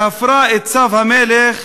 שהפרה את צו המלך